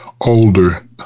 older